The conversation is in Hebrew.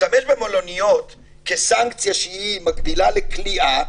להשתמש במלוניות כסנקציה שמקבילה לכליאה,